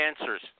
answers